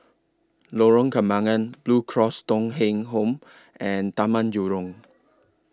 Lorong Kembang Blue Cross Thong Kheng Home and Taman Jurong